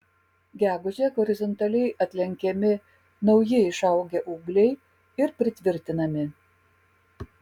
gegužę horizontaliai atlenkiami nauji išaugę ūgliai ir pritvirtinami